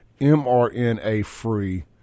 MRNA-free